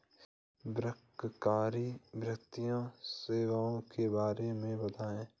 बैंककारी वित्तीय सेवाओं के बारे में बताएँ?